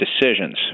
decisions